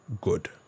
good